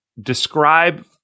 describe